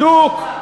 בדוק.